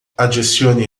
adicione